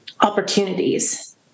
opportunities